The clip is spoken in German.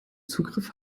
zugriff